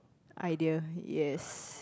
idea yes